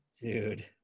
dude